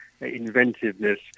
inventiveness